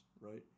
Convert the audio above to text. right